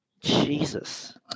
Jesus